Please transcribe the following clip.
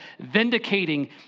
vindicating